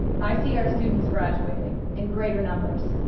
i see our students graduating in greater numbers,